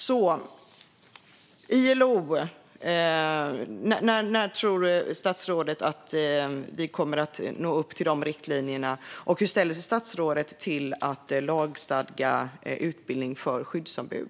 När tror statsrådet att vi kommer att nå upp till ILO:s riktlinjer, och hur ställer sig statsrådet till att lagstadga utbildning för skyddsombud?